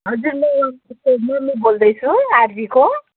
हजुर म उसको मम्मी बोल्दैछु आजीको